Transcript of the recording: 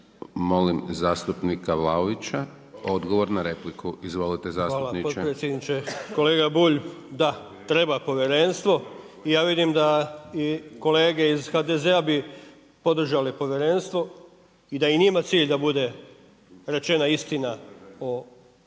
Molim zastupnika Vlaovića odgovor na repliku. Izvolite zastupniče. **Vlaović, Davor (HSS)** Hvala potpredsjedniče. Kolega Bulj, da, treba povjerenstvo i ja vidim da i kolege iz HDZ-a bi podržale povjerenstvo i da je i njima cilj da bude rečena istina o